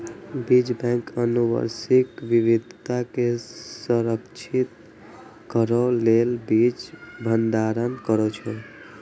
बीज बैंक आनुवंशिक विविधता कें संरक्षित करै लेल बीज भंडारण करै छै